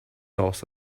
horse